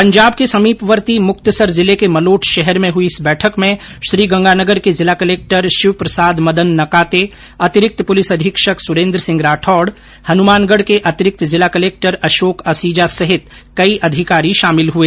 पंजाब के समीपवर्ती मुक्तसर जिले के मलोट शहर में हुई इस बैठक में श्रीगंगानगर के जिला कलक्टर शिवप्रसाद मदन नकाते अतिरिक्त पुलिस अधीक्षक सुरेन्द्र सिंह राठौड़ हनुमानगढ़ के अतिरिक्त जिला कलक्टर अशोक असीजा सहित कई अधिकारी शामिल हुए